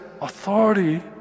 authority